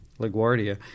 LaGuardia